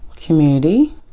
community